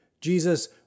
Jesus